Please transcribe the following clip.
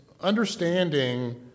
understanding